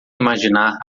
imaginar